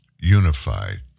unified